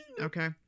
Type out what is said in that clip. Okay